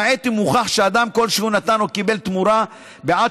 למעט אם הוכח שאדם כלשהו נתן או קיבל תמורה בעד